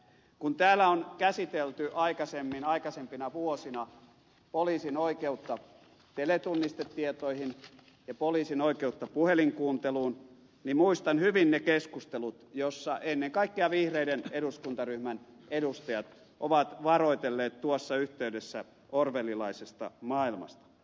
kun täällä on käsitelty aikaisemmin aikaisempina vuosina poliisin oikeutta teletunnistetietoihin ja poliisin oikeutta puhelinkuunteluun niin muistan hyvin ne keskustelut joissa ennen kaikkea vihreiden eduskuntaryhmän edustajat ovat varoitelleet tuossa yhteydessä orwellilaisesta maailmasta